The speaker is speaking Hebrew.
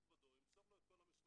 קיבל המוטב הודעה כאמור יודיע על כך